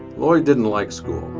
lloyd didn't like school.